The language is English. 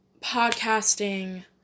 podcasting